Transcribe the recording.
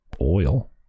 oil